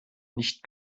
nicht